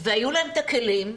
והיו להם את הכלים,